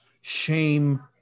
shame